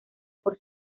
por